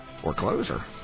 foreclosure